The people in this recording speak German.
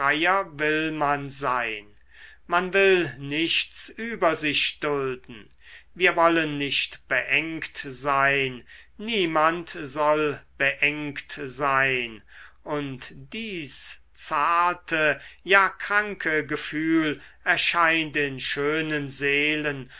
will man sein man will nichts über sich dulden wir wollen nicht beengt sein niemand soll beengt sein und dies zarte ja kranke gefühl erscheint in schönen seelen